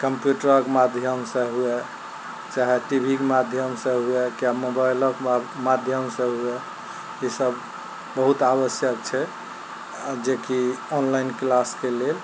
कम्प्यूटरक माध्यमसँ हुए चाहे टी वी के माध्यमसँ हुए की मोबाइलक माध्यमसँ हुए ई सब बहुत आवश्यक छै जेकि ऑनलाइन क्लासके लेल